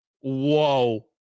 Whoa